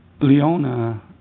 Leona